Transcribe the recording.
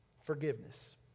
forgiveness